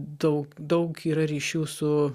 daug daug yra ryšių su